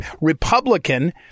Republican